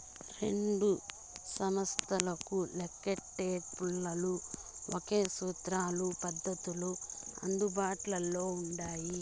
రెండు సంస్తలకు లెక్కేటపుల్ల ఒకే సూత్రాలు, పద్దతులు అందుబాట్ల ఉండాయి